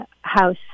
House